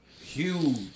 huge